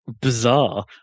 Bizarre